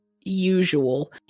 usual